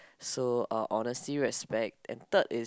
so uh honestly respect and third is